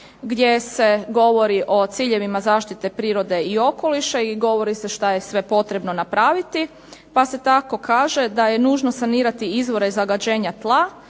gdje se govori o ciljevima zaštite prirode i okoliša i govori se što je sve potrebno napraviti, pa se tako kaže da je nužno sanirati izvore zagađenja tla